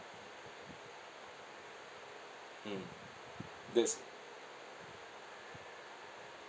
mm that's